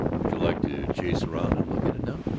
would you like to chase around and look at it now?